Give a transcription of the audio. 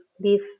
leave